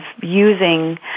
using